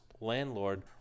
landlord